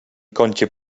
kącie